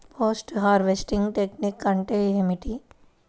Post harvesting technique అంటే ఏమిటీ?